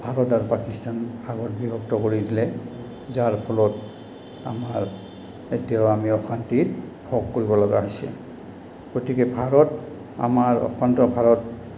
ভাৰত আৰু পাকিস্তান ভাগত বিভক্ত কৰি দিলে যাৰ ফলত আমাৰ এতিয়াও আমি অশান্তিত ভোগ কৰিব লগা হৈছে গতিকে ভাৰত আমাৰ অশান্ত ভাৰত